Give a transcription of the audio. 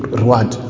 reward